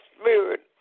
spirit